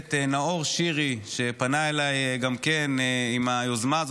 הכנסת נאור שירי, שפנה אליי גם כן עם היוזמה הזאת.